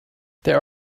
there